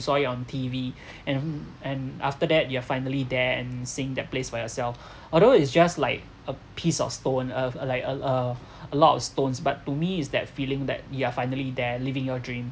saw it on T_V and and after that you're finally there and seeing that place for yourself although it's just like a piece of stone of~ a like a uh a lot of stones but to me is that feeling that you are finally there living your dream